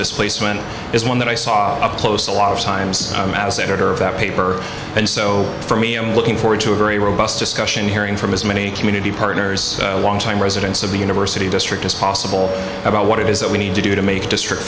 displacement is one that i saw up close a lot of times as editor of that paper and so for me i'm looking forward to a very robust discussion hearing from as many community partners longtime residents of the university district as possible about what it is that we need to do to make a district